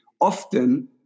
often